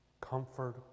comfort